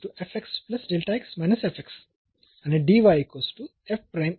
म्हणून आपल्याकडे आणि आहे